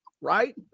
Right